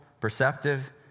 perceptive